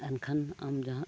ᱮᱱᱠᱷᱟᱱ ᱟᱢ ᱡᱟᱦᱟᱸ